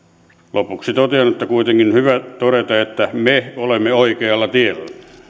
lopuksi on kuitenkin hyvä todeta että me olemme oikealla tiellä